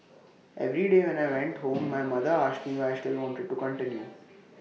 every day when I went home my mother asked me why I still wanted to continue